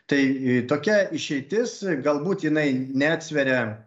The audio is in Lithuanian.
tai tokia išeitis galbūt jinai neatsveria